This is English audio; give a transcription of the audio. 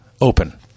open